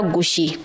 Gushi